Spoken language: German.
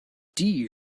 die